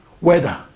weather